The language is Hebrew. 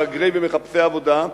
מהגרי ומחפשי עבודה,